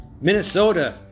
minnesota